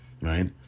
right